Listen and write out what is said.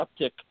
uptick